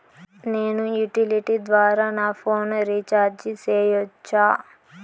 నేను యుటిలిటీ ద్వారా నా ఫోను రీచార్జి సేయొచ్చా?